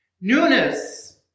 Newness